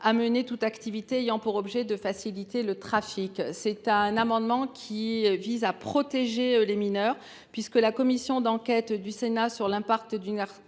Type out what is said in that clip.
à mener toute activité ayant pour objet de faciliter le trafic. Cet amendement tend à protéger les mineurs. La commission d’enquête du Sénat sur l’impact